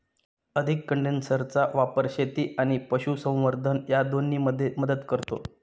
अधिक कंडेन्सरचा वापर शेती आणि पशुसंवर्धन या दोन्हींमध्ये मदत करतो